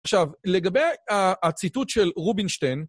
עכשיו, לגבי ה...הציטוט של, רובינשטיין,